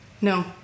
No